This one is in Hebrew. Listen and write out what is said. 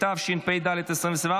התשפ"ד 2024,